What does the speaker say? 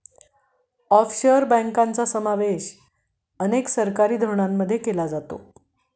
offshore बँकांचा समावेश अनेक सरकारी धोरणांमध्ये केला जातो